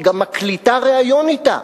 היא גם מקליטה ריאיון אתה.